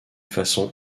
façon